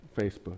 Facebook